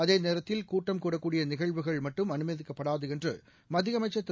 அதேநேரத்தில் கூட்டம் கூடக்கூடிய நிகழ்வுகள் மட்டும் அனுமதிக்கப்படாது என்று மத்திய அமைச்ச் திரு